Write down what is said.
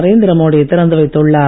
நரேந்திர மோடி திறந்து வைத்துள்ளார்